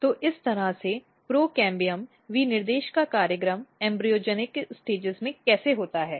तो इस तरह से प्रो कैंबियम विनिर्देश का कार्यक्रम भ्रूण के चरणों में कैसे होता है